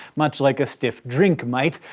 much like a stiff drink might.